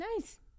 Nice